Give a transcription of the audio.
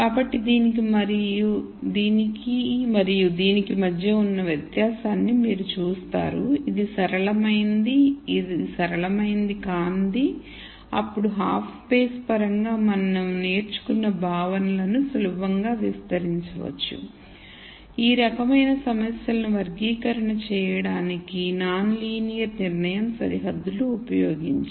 కాబట్టి దీనికి మరియు దీనికి మధ్య ఉన్న వ్యత్యాసాన్ని మీరు చూస్తున్నారు ఇది సరళమైనది ఇది సరళమైనది కానిది అప్పుడు హాఫ్ space పరంగా మనం నేర్చుకున్న భావనలను సులభంగా విస్తరించవచ్చు ఈ రకమైన సమస్యలకు వర్గీకరణ చేయడానికి నాన్ లీనియర్ నిర్ణయం సరిహద్దులు ఉపయోగించి